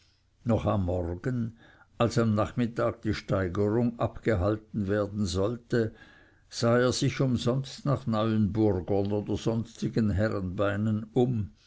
noch am morgen als am nachmittag die steigerung abgehalten werden sollte sah er sich umsonst nach neuenburgern oder sonstigen herrenbeinen um